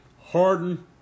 Harden